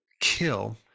kill